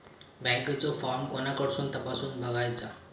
बँकेचो फार्म कोणाकडसून तपासूच बगायचा?